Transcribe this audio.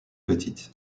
petite